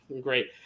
Great